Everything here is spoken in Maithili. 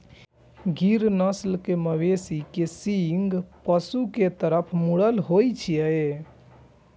गिर नस्ल के मवेशी के सींग पीछू के तरफ मुड़ल होइ छै